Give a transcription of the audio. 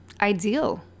ideal